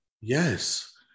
Yes